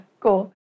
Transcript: cool